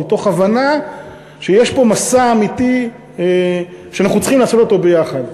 מתוך הבנה שיש פה מסע אמיתי שאנחנו צריכים לעשות אותו ביחד.